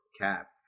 Cap